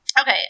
okay